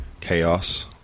chaos